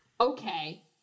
Okay